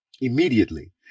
immediately